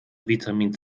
vitamin